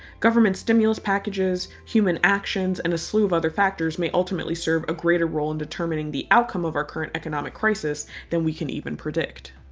government stimulus packages, human actions, and a slew of other factors may ultimately serve a greater role in determining the outcome of our current economic crisis than we can even predict.